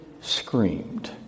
screamed